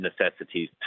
necessities